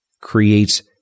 creates